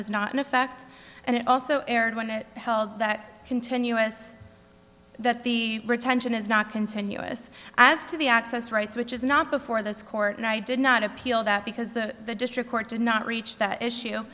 was not in effect and it also erred when it held that continuous that the retention is not continuous as to the access rights which is not before this court and i did not appeal that because the district court did not reach that issue